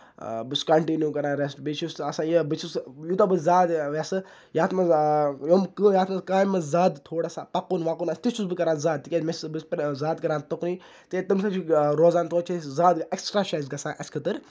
بہٕ چھُس کَنٹِنیو کران ریٚسٹ بیٚیہِ چھُس آسان ییٚتہِ بہٕ چھُس یوٗتاہ بہٕ زیادٕ ویسہٕ یَتھ منٛز یَتھ منٛز کامہِ منٛز زیادٕ تھوڑا سا پَکُن وَکُن آسہِ تہِ چھُس بہٕ کران زیادٕ تِکیازِ بہٕ چھُس زیادٕ کران تُکنُے تَمہِ سۭتۍ چھُ روزان تۄتہِ چھِ اَسہِ زیادٕ ایٚکٕسٹرا چھُ اسہِ گژھان اَسہِ خٲطرٕ